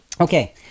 Okay